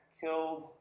killed